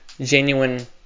genuine